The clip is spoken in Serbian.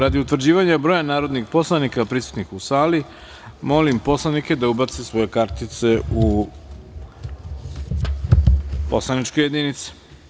Radi utvrđivanja broja narodnih poslanika prisutnih u sali, molim poslanike da ubace svoje kartice u poslaničke jedinice.